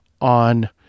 on